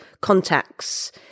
contacts